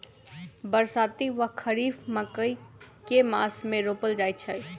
बरसाती वा खरीफ मकई केँ मास मे रोपल जाय छैय?